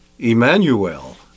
Emmanuel